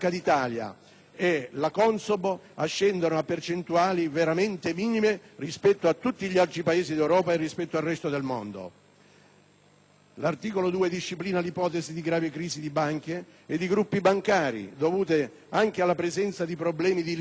e la Consob, ascendono a percentuali veramente minime rispetto a tutti gli altri Paesi d'Europa e rispetto al resto del mondo. L'articolo 2 disciplina l'ipotesi di "grave crisi" di banche o di gruppi bancari, dovuta anche alla presenza di problemi di liquidità.